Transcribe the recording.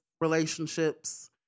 relationships